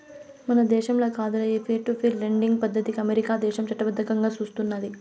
మన దేశంల కాదులే, ఈ పీర్ టు పీర్ లెండింగ్ పద్దతికి అమెరికా దేశం చట్టబద్దంగా సూస్తున్నాది